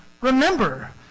remember